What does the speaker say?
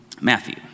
Matthew